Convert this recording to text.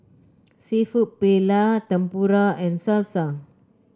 seafood Paella Tempura and Salsa